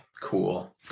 cool